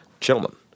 gentlemen